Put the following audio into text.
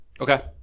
Okay